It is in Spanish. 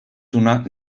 una